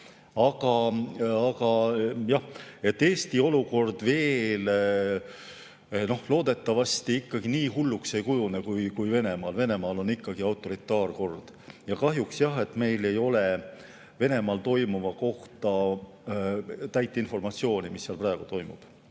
Aga jah, Eesti olukord loodetavasti ikkagi nii hulluks veel ei kujune kui Venemaal. Venemaal on autoritaarkord. Kahjuks jah, meil ei ole Venemaal toimuva kohta täit informatsiooni, selle kohta, mis seal praegu toimub.